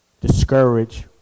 discourage